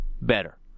better